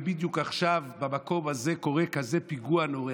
ובדיוק עכשיו במקום הזה קורה כזה פיגוע נורא.